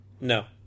No